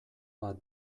bat